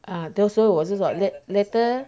ah 就我是说 err later